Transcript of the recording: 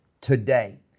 today